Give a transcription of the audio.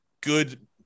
good